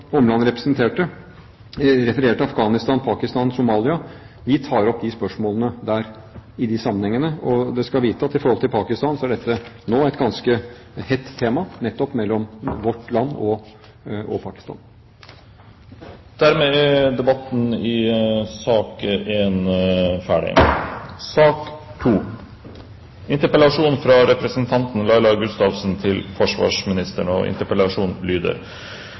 refererte til, Afghanistan, Pakistan, Somalia, tar vi opp de spørsmålene der i de sammenhengene, og dere skal vite at dette er nå et ganske hett tema nettopp mellom vårt land og Pakistan. Dermed er sak nr. 1 ferdigbehandlet. Vi lever i en tid i stadig endring. Globaliseringens tidsalder, der land og samfunn dag for dag blir tettere integrert, er grunnleggende positiv for Norge og